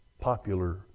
popular